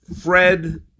Fred